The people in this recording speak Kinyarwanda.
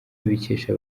ibikesha